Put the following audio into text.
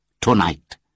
tonight